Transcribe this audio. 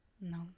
no